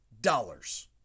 dollars